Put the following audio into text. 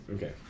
Okay